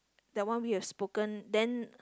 that one we have spoken then